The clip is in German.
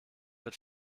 wird